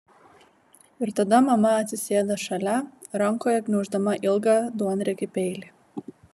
ir tada mama atsisėda šalia rankoje gniauždama ilgą duonriekį peilį